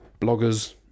bloggers